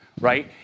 right